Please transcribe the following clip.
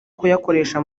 kuyakoresha